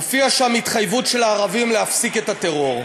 הופיעה שם התחייבות של הערבים להפסיק את הטרור,